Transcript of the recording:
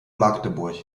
magdeburg